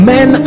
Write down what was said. Men